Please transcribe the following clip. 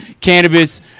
cannabis